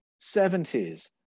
70s